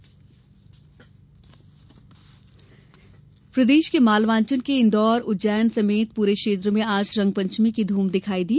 रंगपंचमी प्रदेश के मालवांचल के इन्दौर उज्जैन समेत पूरे क्षेत्र में आज रंगपंचमी की धूम दिखाई दी